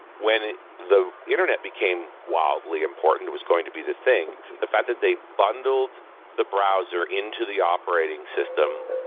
when the internet became wildly important, it was going to be the thing. the fact that they bundled the browser into the operating system,